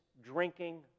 drinking